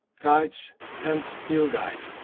guides and new guide.